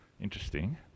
interesting